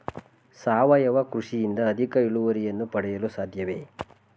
ಸಾವಯವ ಕೃಷಿಯಿಂದ ಅಧಿಕ ಇಳುವರಿಯನ್ನು ಪಡೆಯಲು ಸಾಧ್ಯವೇ?